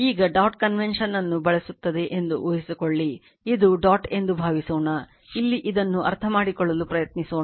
ಈಗ dot convention ಅನ್ನು ಬಳಸುತ್ತದೆ ಎಂದು ಊಹಿಸಿಕೊಳ್ಳಿ ಇದು ಡಾಟ್ ಎಂದು ಭಾವಿಸೋಣ ಇಲ್ಲಿ ಇದನ್ನು ಅರ್ಥಮಾಡಿಕೊಳ್ಳಲು ಪ್ರಯತ್ನಿಸೋಣ